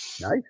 Nice